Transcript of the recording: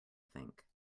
think